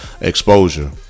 exposure